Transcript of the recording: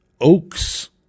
Oak's